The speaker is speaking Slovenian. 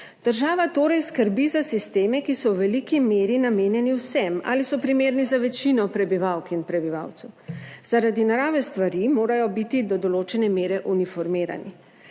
Država torej skrbi za sisteme, ki so v veliki meri namenjeni vsem ali so primerni za večino prebivalk in prebivalcev. Zaradi narave stvari morajo biti do določene mere uniformirani